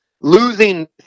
losing